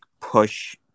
push